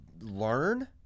learn